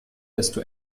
desto